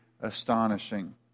astonishing